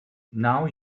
now